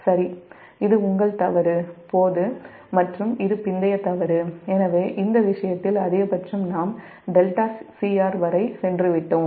சரி இது உங்கள் தவறு போது மற்றும் இது பிந்தைய தவறு எனவே இந்த விஷயத்தில் அதிகபட்சமாக நாம் δcr வரை சென்றுவிட்டோம்